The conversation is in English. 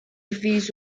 reviews